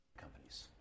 Companies